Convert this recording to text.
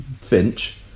finch